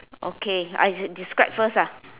okay I describe first ah